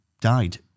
died